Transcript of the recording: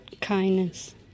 kindness